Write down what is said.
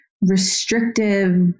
restrictive